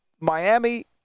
Miami